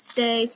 Stay